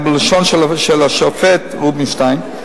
בלשון השופט רובינשטיין,